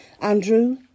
Andrew